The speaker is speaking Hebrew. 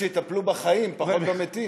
שיטפלו בחיים, פחות במתים.